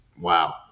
Wow